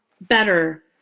better